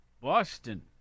Boston